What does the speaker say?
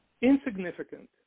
insignificant